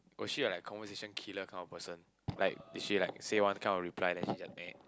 was she like conversation killer kind of person like did she like say one kind of reply then she just meh